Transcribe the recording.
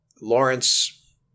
Lawrence